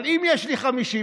אבל אם יש לי 50,